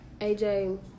AJ